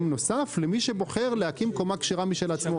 נוסף למי שבוחר להקים קומה כשרה משל עצמו.